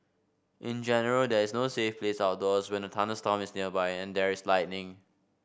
in general there is no safe place outdoors when a thunderstorm is nearby and there is lightning